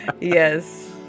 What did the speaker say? yes